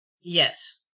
Yes